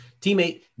teammate